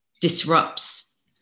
disrupts